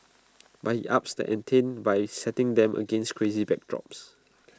but he ups the ante by setting them against crazy backdrops